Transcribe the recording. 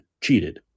cheated